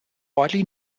widely